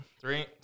Three